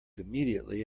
immediately